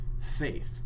faith